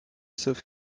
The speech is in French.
sauf